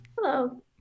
Hello